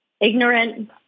ignorant